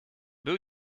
był